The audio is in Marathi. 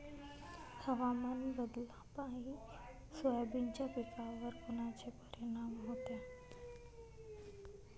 हवामान बदलापायी सोयाबीनच्या पिकावर कोनचा परिणाम होते?